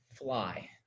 fly